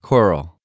Coral